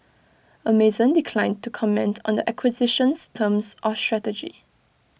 Amazon declined to comment on the acquisition's terms or strategy